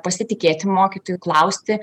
pasitikėti mokytoju klausti